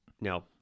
Now